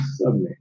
subnet